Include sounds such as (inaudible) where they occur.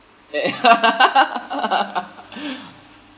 (laughs)